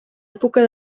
època